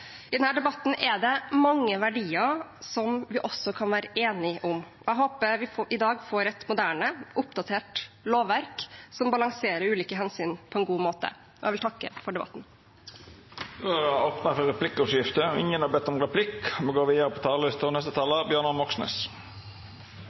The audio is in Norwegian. I denne debatten er det mange verdier som vi også kan være enige om, og jeg håper vi i dag får et moderne, oppdatert lovverk som balanserer ulike hensyn på en god måte. Og jeg vil takke for debatten. I dag vil Stortinget gjøre en rekke vedtak som er viktige framskritt for kvinners rettigheter, og som Rødt har